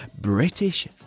British